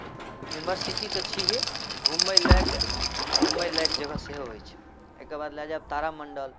university तऽ छिहे घुमै लागि घुमै लागि जगह सेहो अछि एहिके बाद लऽ जाएब तारामण्डल